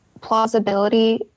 plausibility